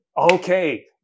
Okay